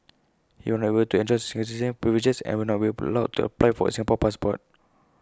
he will not able to enjoy citizenship privileges and will not be allowed to apply for A Singapore passport